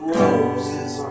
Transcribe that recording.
roses